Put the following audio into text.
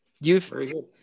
You've-